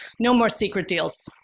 no more secret deals.